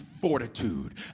fortitude